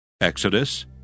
Exodus